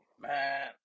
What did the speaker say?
Man